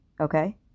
okay